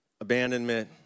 abandonment